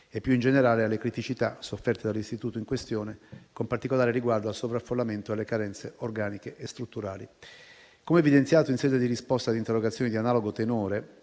e, più in generale, alle criticità sofferte dall'istituto in questione, con particolare riguardo al sovraffollamento e alle carenze organiche e strutturali. Come evidenziato in sede di risposta ad interrogazioni di analogo tenore,